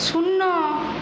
শূন্য